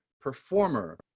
performer